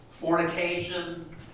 Fornication